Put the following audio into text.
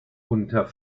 unter